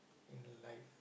in life